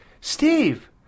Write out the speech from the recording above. Steve